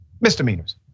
misdemeanors